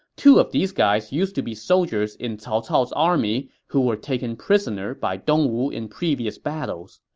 two of these guys used to be soldiers in cao cao's army who were taken prisoner by dongwu in previous battles.